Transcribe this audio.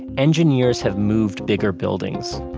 engineers have moved bigger buildings.